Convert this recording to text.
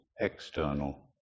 external